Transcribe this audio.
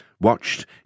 watched